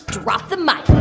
drop the mic